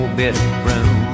bedroom